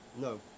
No